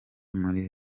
muri